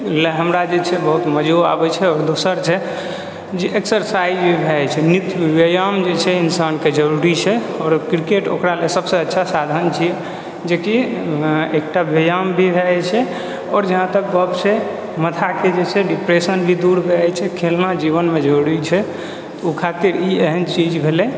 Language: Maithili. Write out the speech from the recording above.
लए हमरा जे छै मजो आबै छै आओर दोसर छै जे एक्सरसाइज भी भऽ जाइ छै नित्य व्यायाम जे छै इन्सानके जरूरी छै आओर किरकेट ओकरालए सबसँ अच्छा साधन छिए जेकि एकटा व्यायाम भी भऽ जाइ छै आओर जहाँ तक गप छै माथाके जे छै डिप्रेशन भी दूर भऽ जाइ छै खेलना जीवनमे जरूरी छै ओ खातिर ई एहन चीज भेलै